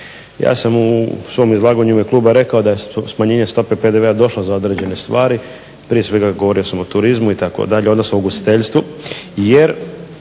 Ja sam u svom izlaganju u ime kluba rekao da je smanjenje stope PDV-a došlo za određene stvari, prije svega govorio sam o turizmu itd., odnosno ugostiteljstvu,